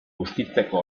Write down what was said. bustitzeko